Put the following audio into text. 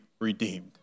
redeemed